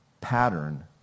pattern